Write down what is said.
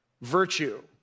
virtue